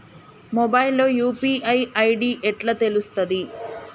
Mobile లో UPI ID ఎట్లా తెలుస్తది?